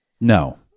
No